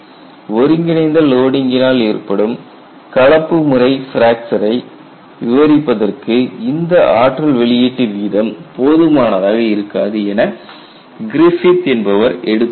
ஒருங்கிணைந்த லோடிங் கினால் ஏற்படும் கலப்பு முறை பிராக்ஸரை விவரிப்பதற்கு இந்த ஆற்றல் வெளியிட்டு வீதம் போதுமானதாக இருக்காது என கிரிஃபித் என்பவர் எடுத்துரைத்தார்